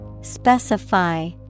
Specify